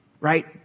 right